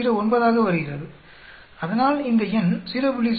09 ஆக வருகிறது அதனால் இந்த எண் 0